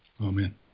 Amen